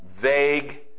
vague